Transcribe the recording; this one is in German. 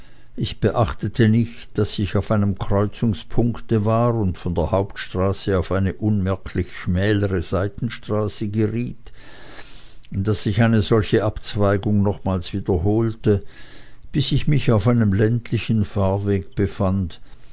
ich beachtete nicht daß ich auf einem kreuzungspunkte war und von der hauptstraße auf eine unmerklich schmälere seitenstraße geriet daß sich eine solche abzweigung nochmals wiederholte bis ich mich auf einem ländlichen fahrwege befand